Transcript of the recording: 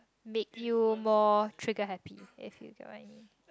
make you more trigger happy if you get what I mean